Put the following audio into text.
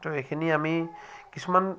তো এইখিনি আমি কিছুমান